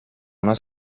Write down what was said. una